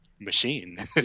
machine